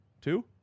Two